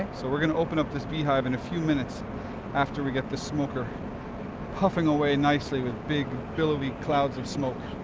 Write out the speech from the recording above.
so we're going to open up this beehive and a few minutes after we get this smoker puffing away nicely with big billowy clouds of smoke